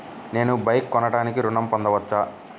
నేను బైక్ కొనటానికి ఋణం పొందవచ్చా?